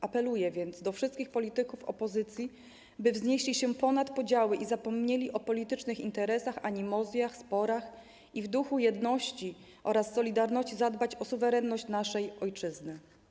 Apeluję więc do wszystkich polityków opozycji, by wznieśli się ponad podziały i zapomnieli o politycznych interesach, animozjach, sporach, by w duchu jedności oraz solidarności zadbać o suwerenność naszej ojczyzny.